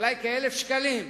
אולי כ-1,000 שקלים,